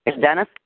Dennis